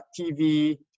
TV